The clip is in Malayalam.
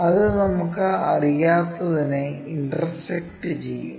അത് നമുക്ക് അറിയാത്തതിനെ ഇന്റർസെക്ക്ട് ചെയ്യും